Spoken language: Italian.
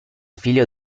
figlio